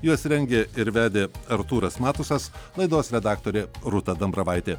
juos rengė ir vedė artūras matusas laidos redaktorė rūta dambravaitė